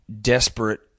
desperate